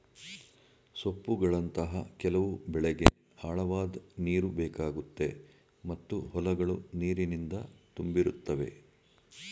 ಸೊಪ್ಪುಗಳಂತಹ ಕೆಲವು ಬೆಳೆಗೆ ಆಳವಾದ್ ನೀರುಬೇಕಾಗುತ್ತೆ ಮತ್ತು ಹೊಲಗಳು ನೀರಿನಿಂದ ತುಂಬಿರುತ್ತವೆ